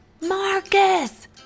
Marcus